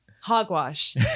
Hogwash